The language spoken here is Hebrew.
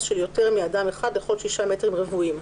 של יותר מאדם אחד לכל 6 מטרים רבועים,